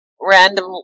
random